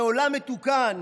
בעולם מתוקן